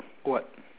what